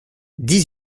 dix